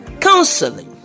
counseling